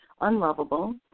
unlovable